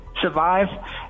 survive